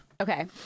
Okay